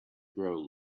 grow